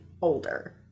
older